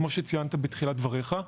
כמו שציינת בתחילת דבריך,